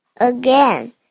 again